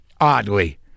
Oddly